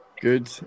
Good